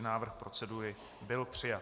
Návrh procedury byl přijat.